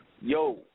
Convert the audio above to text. Yo